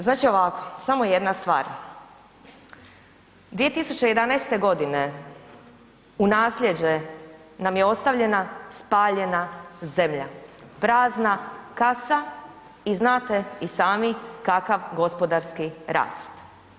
Znači ovako, samo jedna stvar, 2011. godine u nasljeđe nam je ostavljena spaljena zemlja, prazna kasa i znate i sami kakav gospodarski rast.